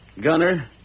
Gunner